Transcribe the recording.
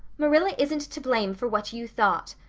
marilla isn't to blame for what you thought.